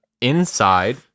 inside